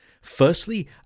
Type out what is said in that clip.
firstly